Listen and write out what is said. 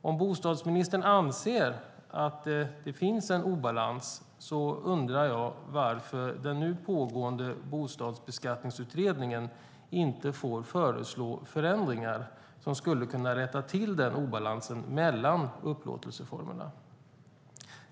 Om bostadsministern anser att det finns en obalans undrar jag varför den nu pågående Bostadsbeskattningsutredningen inte får föreslå förändringar som skulle kunna rätta till den obalansen mellan upplåtelseformerna.